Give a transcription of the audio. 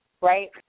Right